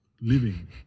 living